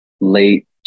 late